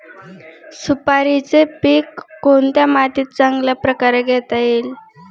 सुपारीचे पीक कोणत्या मातीत चांगल्या प्रकारे घेता येईल?